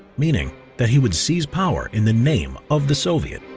meaning that he would seize power in the name of the soviet.